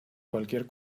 cualquier